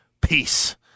Peace